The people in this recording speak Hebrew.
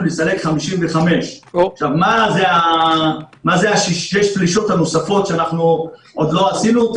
לסלק 55. מה זה שש הפלישות הנוספות שעוד לא עשינו?